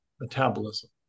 metabolism